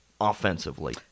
offensively